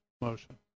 motion